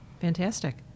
fantastic